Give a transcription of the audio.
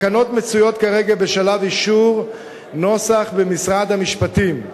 התקנות מצויות כרגע בשלב אישור נוסח במשרד המשפטים,